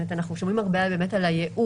אנחנו שומעים הרבה על הייעול,